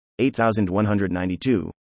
8192